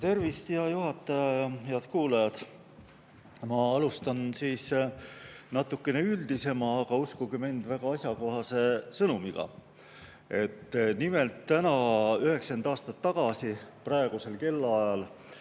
Tervist, hea juhataja! Head kuulajad! Ma alustan natukene üldisema, aga uskuge mind, väga asjakohase sõnumiga. Nimelt, täna 90 aastat tagasi praegusel kellaajal